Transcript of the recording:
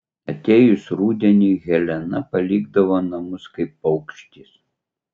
atėjus rudeniui helena palikdavo namus kaip paukštis